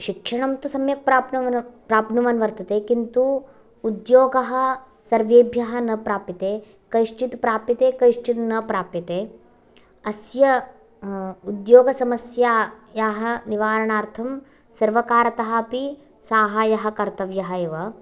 शिक्षणं तु सम्यक् प्राप्नुवन् प्राप्नुवन् वर्तते किन्तु उद्योगः सर्वेभ्यः न प्राप्यते कैश्चित् प्राप्यते कैश्चित् न प्राप्यते अस्य उद्योगसमस्यायाः निवारणार्थं सर्वकारतः अपि साहाय्यः कर्तव्यः एव